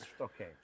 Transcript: okay